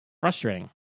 frustrating